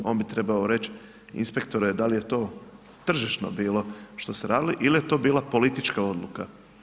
On bi trebao reć, inspektore dal je to tržišno bilo što ste radili ili je to bila politička odluka?